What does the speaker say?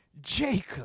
Jacob